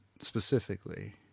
specifically